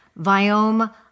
Viome